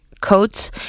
coats